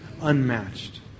unmatched